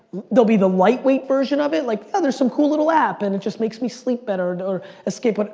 there'll be the lightweight version of it, like oh, there's some cool little app and it just makes me sleep better or escape,